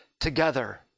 together